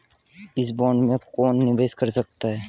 इस बॉन्ड में कौन निवेश कर सकता है?